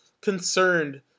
concerned